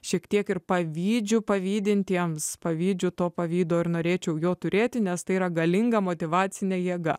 šiek tiek ir pavydžiu pavydintiems pavydžiu to pavydo ir norėčiau jo turėti nes tai yra galinga motyvacinė jėga